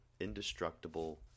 indestructible